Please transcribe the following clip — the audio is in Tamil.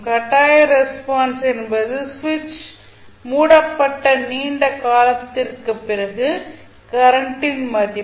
கட்டாய ரெஸ்பான்ஸ் என்பது சுவிட்ச் மூடப்பட்ட நீண்ட காலத்திற்குப் பிறகு கரண்டின் மதிப்பு